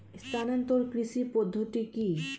স্থানান্তর কৃষি পদ্ধতি কি?